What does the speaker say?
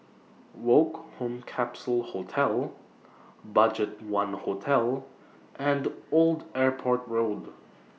Woke Home Capsule Hostel BudgetOne Hotel and Old Airport Road